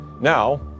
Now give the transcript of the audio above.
Now